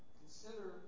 consider